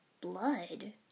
blood